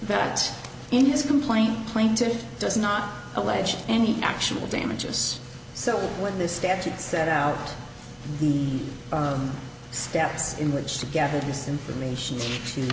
that in his complaint plaintiff does not allege any actual damages so when the statute set out the steps in which to gather this information to